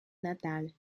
natale